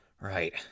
Right